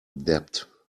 debt